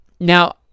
now